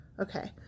Okay